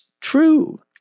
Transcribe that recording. true